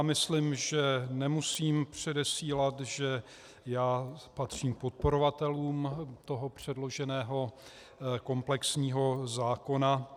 Myslím, že nemusím předesílat, že já patřím k podporovatelům předloženého komplexního zákona.